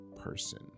person